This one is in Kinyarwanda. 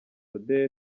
amb